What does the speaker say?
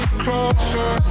closer